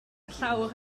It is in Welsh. llawr